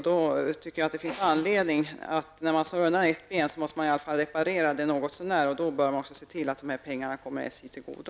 Då tycker jag att det finns anledning att reparera skadorna något så när och se till att pengarna kommer SJ till godo.